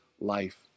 life